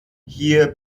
hier